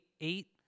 eight